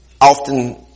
often